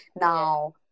now